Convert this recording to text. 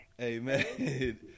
Amen